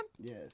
Yes